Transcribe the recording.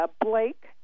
Blake